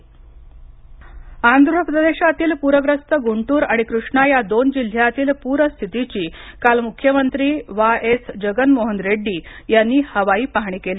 आंध्रप्रदेश पर आंघ्र प्रदेशातील पूरग्रस्त गुंटूर आणि कृष्णा या दोन जिल्ह्यातील पूरस्थितीची काल मुख्यमंत्री वाय एस जगन मोहन रेड्डी यांनी हवाई पाहणी केली